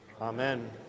Amen